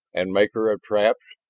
and, maker of traps,